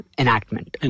enactment